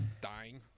dying